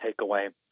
takeaway